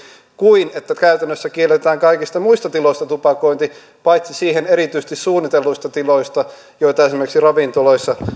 kuin siten että käytännössä kielletään kaikista muista tiloista tupakointi paitsi siihen erityisesti suunnitelluista tiloista joita esimerkiksi ravintoloissa